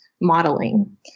modeling